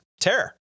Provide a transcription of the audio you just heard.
terror